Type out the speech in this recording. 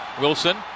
Wilson